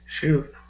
shoot